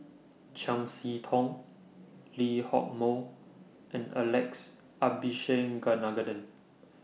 Chiam See Tong Lee Hock Moh and Alex